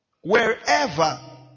wherever